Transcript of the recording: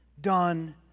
done